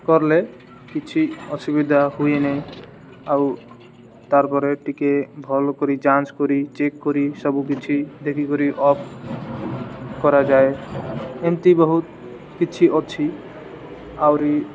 କରଲେ କିଛି ଅସୁବିଧା ହୁଏନାହିଁ ଆଉ ତାର୍ ପରେ ଟିକେ ଭଲ କରି ଯାଞ୍ଚ କରି ଚେକ୍ କରି ସବୁ କିଛି ଦେଖିକରି ଅଫ୍ କରାଯାଏ ଏମ୍ତି ବହୁତ କିଛି ଅଛି ଆଉରି